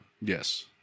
Yes